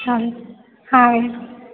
चालेल आहे